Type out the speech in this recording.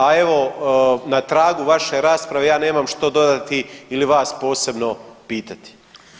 A evo na tragu vaše rasprave ja nemam što dodati ili vas posebno pitati.